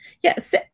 Yes